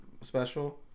special